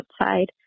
outside